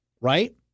right